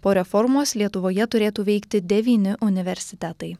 po reformos lietuvoje turėtų veikti devyni universitetai